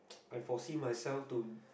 I foresee myself to